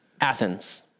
Athens